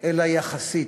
אלא יחסית.